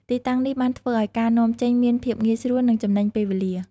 ទីតាំងនេះបានធ្វើឱ្យការនាំចេញមានភាពងាយស្រួល និងចំណេញពេលវេលា។